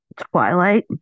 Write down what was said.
Twilight